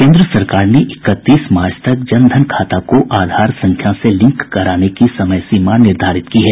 केन्द्र सरकार ने इकतीस मार्च तक जन धन खाता को आधार संख्या से लिंक कराने की समय सीमा निर्धारित की है